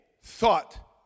thought